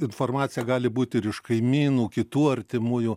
informacija gali būti ir iš kaimynų kitų artimųjų